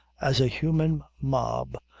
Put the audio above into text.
as a human mob,